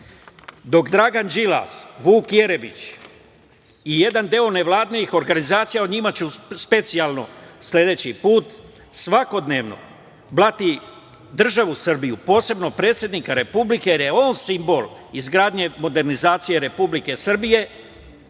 dok Dragan Đilas, Vuk Jeremić i jedan deo nevladinih organizacija, o njima ću specijalno sledeći put, svakodnevno blati državu Srbiju, posebno predsednika Republike jer je on simbol izgradnje i modernizacije Republike Srbije,